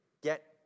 get